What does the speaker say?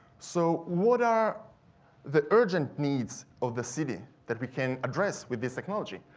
so, what are the urgent needs of the city that we can address with this technology,